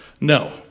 No